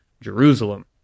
Jerusalem